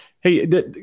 Hey